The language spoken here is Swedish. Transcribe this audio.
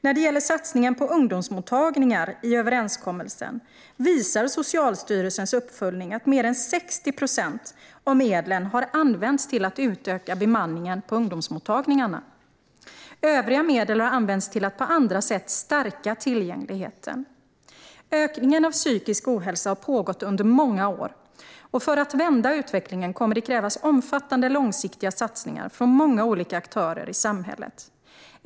När det gäller satsningen på ungdomsmottagningar i överenskommelsen visar Socialstyrelsens uppföljning att mer än 60 procent av medlen har använts till att utöka bemanningen på ungdomsmottagningarna. Övriga medel har använts till att på andra sätt stärka tillgängligheten. Ökningen av psykisk ohälsa har pågått under många år, och för att vända utvecklingen kommer det att krävas omfattande och långsiktiga satsningar från många olika aktörer i samhället.